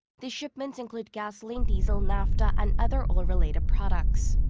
the shipments include gasoline, diesel, naphtha and other oil-related products.